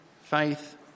faith